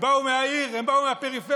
הם באו מהעיר, הם באו מהפריפריה.